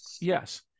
Yes